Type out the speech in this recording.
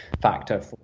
factor